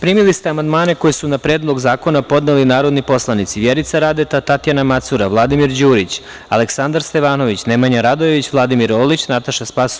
Primili ste amandmane koje su na Predlog zakona podneli narodni poslanici: Vjerica Radeta, Tatjana Macura, Vladimir Đurić, Aleksandar Stevanović, Nemanja Radojević, Vladimir Orlić, Nataša Sp.